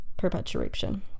perpetuation